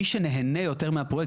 מי שנהנה יותר מהפרויקט,